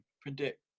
predict